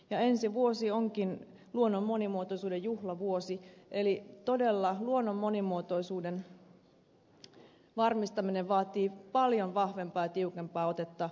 ensi vuosi onkin luonnon monimuotoisuuden juhlavuosi ja todella luonnon monimuotoisuuden varmistaminen vaatii paljon vahvempaa ja tiukempaa otetta luonnonsuojelualueiden hankintaan